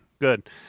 Good